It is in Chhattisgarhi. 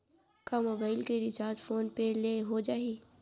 का मोबाइल के रिचार्ज फोन पे ले हो जाही?